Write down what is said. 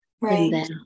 Right